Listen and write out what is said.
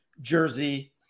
jersey